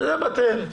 זה בטל.